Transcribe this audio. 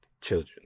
children